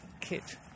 kit